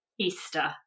Easter